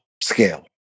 scale